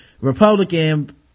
Republican